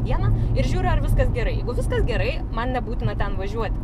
dieną ir žiūriu ar viskas gerai jeigu viskas gerai man nebūtina ten važiuoti